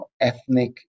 ethnic